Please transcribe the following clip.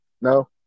No